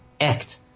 act